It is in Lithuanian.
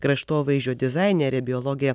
kraštovaizdžio dizainerė biologė